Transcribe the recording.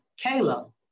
Kayla